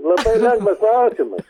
labai lengvas klausimas